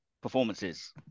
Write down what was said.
performances